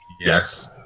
Yes